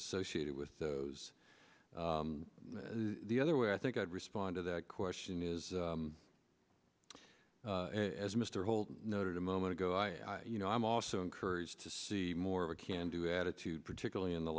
associated with those the other way i think i'd respond to that question is as mr holder noted a moment ago i you know i'm also encouraged to see more we can do attitude particularly in the